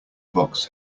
box